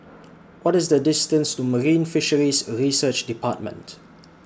What IS The distance to Marine Fisheries Research department